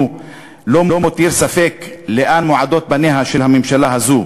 לא מותיר ספק לאן מועדות פניה של הממשלה הזאת